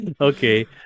Okay